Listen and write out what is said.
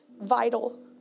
vital